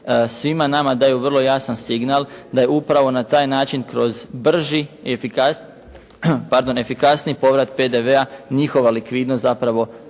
svima nama daju vrlo jasan signal da je upravo na taj način kroz brži i efikasniji povrat PDV-a, njihova likvidnost zapravo